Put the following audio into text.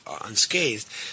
unscathed